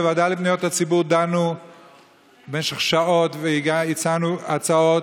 בוועדה לפניות הציבור דנו במשך שעות והצענו הצעות,